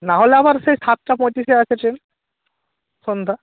নাহলে আবার সেই সাতটা পঁয়ত্রিশে আছে ট্রেন সন্ধ্যা